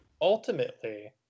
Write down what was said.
Ultimately